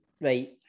right